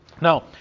Now